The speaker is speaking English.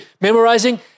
memorizing